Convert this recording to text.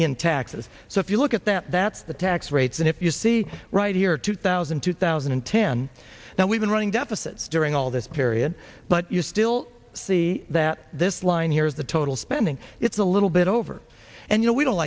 in taxes so if you look at that that's the tax rates and if you see right here two thousand two thousand and ten now we've been running deficits during all this period but you still see that this line here is the total spending it's a little bit over and you know we don't